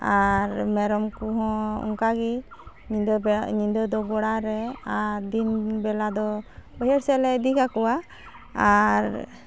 ᱟᱨ ᱢᱮᱨᱚᱢ ᱠᱚᱦᱚᱸ ᱚᱱᱠᱟᱜᱮ ᱧᱤᱫᱟᱹ ᱧᱤᱫᱟᱹᱫᱚ ᱜᱚᱲᱟᱨᱮ ᱟᱨ ᱫᱤᱱᱵᱮᱞᱟ ᱫᱚ ᱵᱟᱹᱭᱦᱟᱹᱲ ᱥᱮᱫᱞᱮ ᱤᱫᱤ ᱠᱟᱠᱚᱣᱟ ᱟᱨ